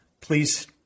please